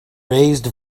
raised